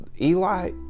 Eli